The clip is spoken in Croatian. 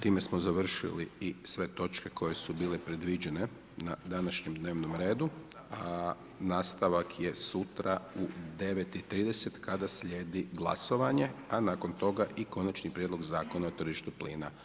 Time smo završili i sve točke koje su bile predviđene na današnjem dnevnom redu, a nastavak je sutra u 9,30 kada slijedi glasovanje, a nakon toga i Konačni prijedlog zakona o tržištu plina.